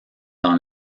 dans